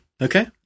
Okay